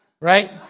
Right